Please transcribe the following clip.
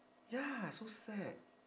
ya so sad